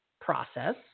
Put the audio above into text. process